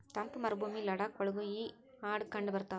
ತಂಪ ಮರಭೂಮಿ ಲಡಾಖ ಒಳಗು ಈ ಆಡ ಕಂಡಬರತಾವ